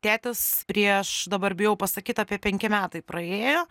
tėtis prieš dabar bijau pasakyt apie penki metai praėjo